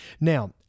Now